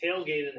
tailgated